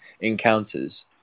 encounters